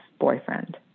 boyfriend